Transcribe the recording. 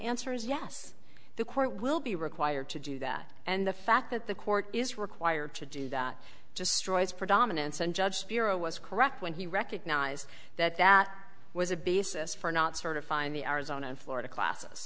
answer is yes the court will be required to do that and the fact that the court is required to do that just royce predominance and judge pirro was correct when he recognized that that was a basis for not sort of fine the arizona of florida classes